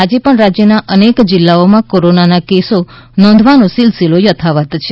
આજે પણ રાજ્યના અનેક જિલ્લાઓમાં કોરોનાના કેસો નોંધાવાનો સિલસિલો યથાવત છે